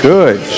Good